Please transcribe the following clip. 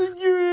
you